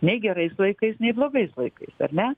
nei gerais laikais nei blogais laikais ar ne